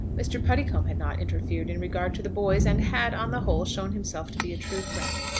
mr. puddicombe had not interfered in regard to the boys, and had, on the whole, shown himself to be a true friend.